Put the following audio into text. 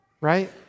right